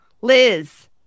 liz